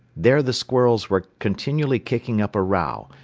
there the squirrels were continually kicking up a row,